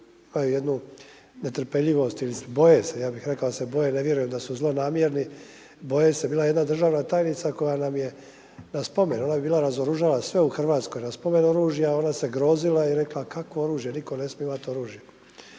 imaju jednu netrpeljivost ili se boje, ja bih rekao da se boje, ne vjerujem da su zlonamjerni, boje se. Bila je jedna državna tajnica koja nam je na spomen, ona bi bila razoružala sve u Hrvatskoj, na spomen oružja ona se grozila i rekla – kakvo oružje, nitko ne smije imati oružje.